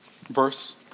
verse